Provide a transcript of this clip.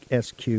SQ